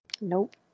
nope